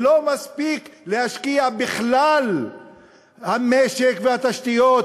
ולא מספיק להשקיע בכלל המשק והתשתיות